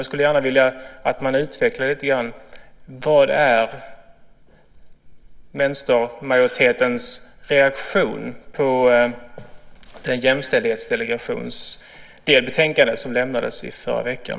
Jag skulle gärna vilja att han lite grann utvecklar vänstermajoritetens reaktion på det delbetänkande från Jämställdhetsdelegationen som lämnades förra veckan.